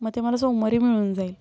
मग ते मला सोमवारी मिळून जाईल